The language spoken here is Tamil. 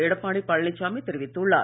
எடப்பாடி பழனிச்சாமி தெரிவித்துள்ளார்